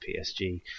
PSG